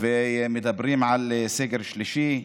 ומדברים על סגר שלישי.